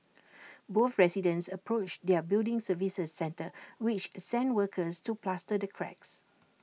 both residents approached their building services centre which sent workers to plaster the cracks